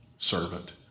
Servant